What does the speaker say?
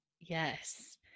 Yes